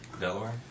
Delaware